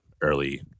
early